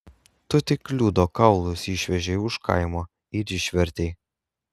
tu tik liudo kaulus išvežei už kaimo ir išvertei